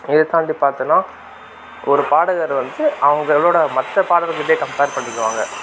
இதைத் தாண்டி பார்த்தோன்னா ஒரு பாடகர் வந்து அவங்களோட மற்ற பாடகர்களோடயே கம்ப்பேர் பண்ணிக்குவாங்க